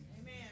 Amen